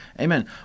Amen